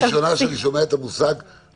יש שינוי מהותי,